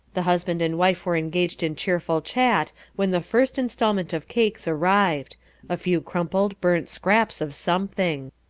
the husband and wife were engaged in cheerful chat when the first instalment of cakes arrived a few crumpled, burnt scraps of something.